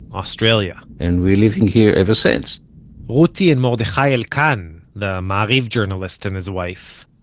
australia and we living here ever since ruti and mordechai elkan, the ma'ariv journalist and his wife,